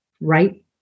right